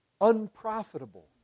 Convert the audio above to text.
Unprofitable